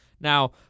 Now